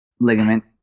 ligament